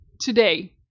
today